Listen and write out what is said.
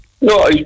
No